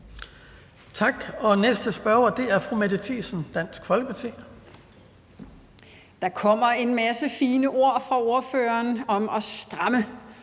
Næste spørger er fru Mette Thiesen, Dansk Folkeparti. Kl. 12:06 Mette Thiesen (DF): Der kommer en masse fine ord fra ordføreren om at stramme